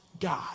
God